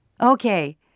Okay